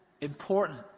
important